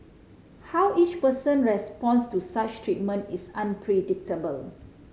how each person responds to such treatment is unpredictable